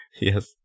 Yes